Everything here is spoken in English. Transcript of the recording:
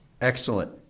Excellent